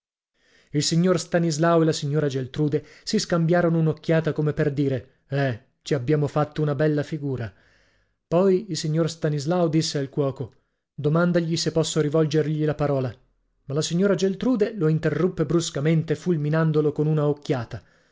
il signor stanislao e la signora geltrude si scambiarono un'occhiata come per dire eh ci abbiamo fatto una bella figura poi il signor stanislao disse al cuoco domandagli se posso rivolgergli la parola ma la signora geltrude lo interruppe bruscamente fulminandolo con una occhiata